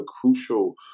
crucial